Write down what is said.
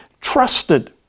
trusted